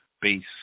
base